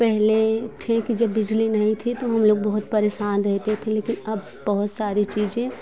पहले थे कि जब बिजली नहीं थी तो हम लोग बहुत परेशान रहते थे लेकिन अब बहुत सारी चीज़ें